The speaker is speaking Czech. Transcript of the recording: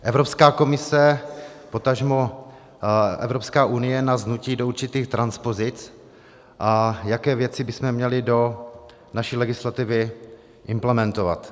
Evropská komise, potažmo Evropská unie nás nutí do určitých transpozic, a jaké věci bychom měli do naší legislativy implementovat.